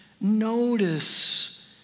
notice